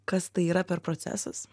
kas tai yra per procesas